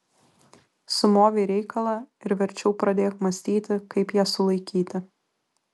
sumovei reikalą ir verčiau pradėk mąstyti kaip ją sulaikyti